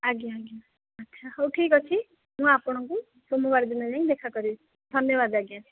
ଆଜ୍ଞା ଆଜ୍ଞା ଆଚ୍ଛା ହେଉ ଠିକ୍ ଅଛି ମୁଁ ଆପଣଙ୍କୁ ସୋମବାର ଦିନ ଯାଇ ଦେଖା କରିବି ଧନ୍ୟବାଦ ଆଜ୍ଞା